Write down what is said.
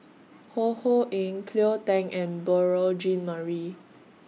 Ho Ho Ying Cleo Thang and Beurel Jean Marie